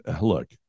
look